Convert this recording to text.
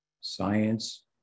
science